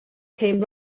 came